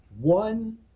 one